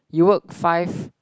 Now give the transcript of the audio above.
you work five